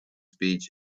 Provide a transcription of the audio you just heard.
speech